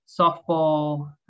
softball